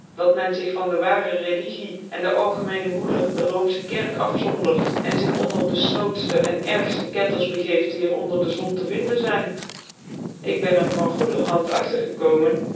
dat men zich van de waare religie en de algemecne moeder de roomfchc kerk afdondert en zich onder de fnoodftc en argftc ketters begeeft die er onder dc zon tc vinden zyn ik ben er van goeder hand achter gekomen